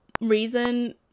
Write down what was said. reason